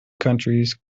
countries